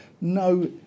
no